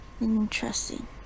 Interesting